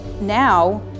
Now